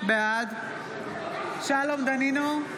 בעד שלום דנינו,